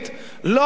לא היה.